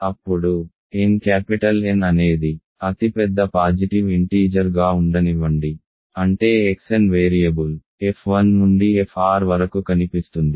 అప్పుడు N capital N అనేది అతిపెద్ద పాజిటివ్ ఇంటీజర్ గా ఉండనివ్వండి అంటే Xn వేరియబుల్ f1 నుండి fr వరకు కనిపిస్తుంది